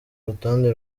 rutonde